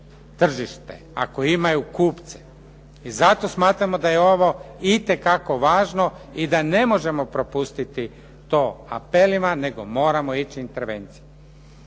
tržište, ako imaju kupce. I zato smatramo da je ovo itekako važno i da ne možemo propustiti to apelima, nego moramo ići intervencijom.